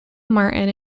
martin